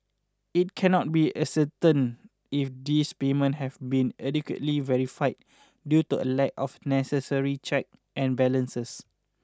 it cannot be ascertained if these payment have been adequately verified due to a lack of necessary check and balances